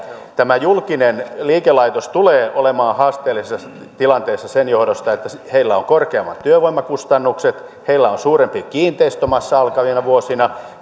julkinen liikelaitos tulee olemaan haasteellisessa tilanteessa sen johdosta että heillä on korkeammat työvoimakustannukset heillä on suurempi kiinteistömassa alkavina vuosina